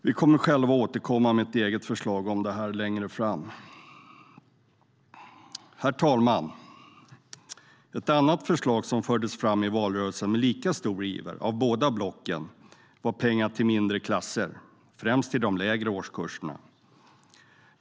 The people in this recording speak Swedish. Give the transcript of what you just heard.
Vi kommer själva att återkomma med ett eget förslag om detta längre fram. Herr talman! Ett annat förslag som fördes fram i valrörelsen med lika stor iver av båda blocken var pengar till mindre klasser, främst i de lägre årskurserna.